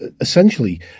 essentially